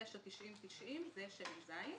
15-099090, שמן זית.